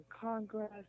Congress